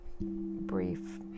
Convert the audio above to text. brief